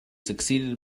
succeeded